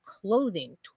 clothing